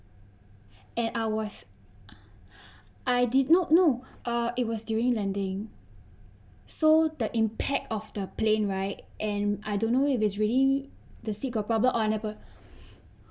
and I was I did not know err it was during landing so the impact of the plane right and I don't know if it's really the seat got problem or I never